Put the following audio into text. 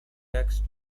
text